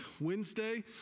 Wednesday